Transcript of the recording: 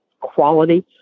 quality